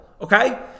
okay